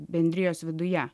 bendrijos viduje